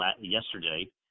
yesterday